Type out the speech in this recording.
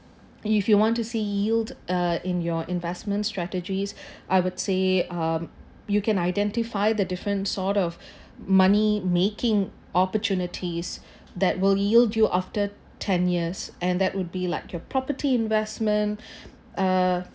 if you want to see yield uh in your investment strategies I would say um you can identify the different sort of money making opportunities that will yield you after ten years and that would be like your property investment uh